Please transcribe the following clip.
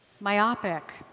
myopic